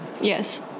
Yes